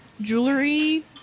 jewelry